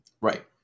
Right